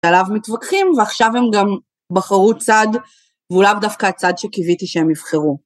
עליו מתווכחים ועכשיו הם גם בחרו צד והוא לאו דווקא הצעד שקיוויתי שהם יבחרו.